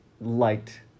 liked